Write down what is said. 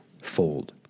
fold